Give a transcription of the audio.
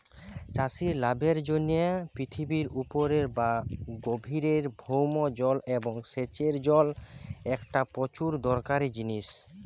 চাষির লাভের জিনে পৃথিবীর উপরের বা গভীরের ভৌম জল এবং সেচের জল একটা প্রচুর দরকারি জিনিস